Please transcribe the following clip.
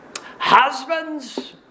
Husbands